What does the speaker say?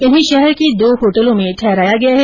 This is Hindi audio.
इन्हें शहर के दो होटलों में ठहराया गया है